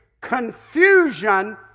confusion